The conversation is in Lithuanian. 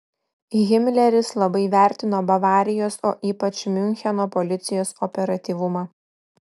himleris labai vertino bavarijos o ypač miuncheno policijos operatyvumą